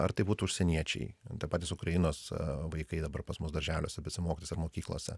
ar tai būtų užsieniečiai patys ukrainos vaikai dabar pas mus darželiuose besimokys ar mokyklose